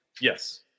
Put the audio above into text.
yes